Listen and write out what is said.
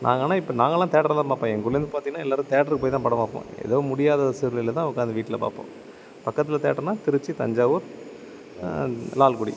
நாங்கள் ஆனால் இப்போ நாங்கள்லாம் தேட்டரில் தான் பார்ப்போம் எங்கள் ஊர்லேருந்து பார்த்திங்கனா எல்லோரும் தேட்டருக்கு போய்தான் படம் பார்ப்போம் ஏதோ முடியாத சூல்நிலை தான் உட்காந்து வீட்டில் பார்ப்போம் பக்கத்தில் தேட்டருனா திருச்சி தஞ்சாவூர் லால்குடி